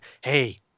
hey